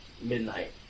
Midnight